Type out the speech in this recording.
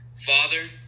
Father